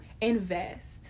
invest